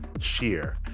sheer